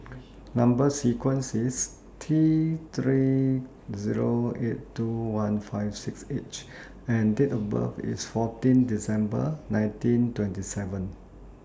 Number sequence IS T three Zero eight two one five six H and Date of birth IS fourteen December nineteen twenty seven